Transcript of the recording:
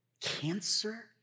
cancer